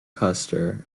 custer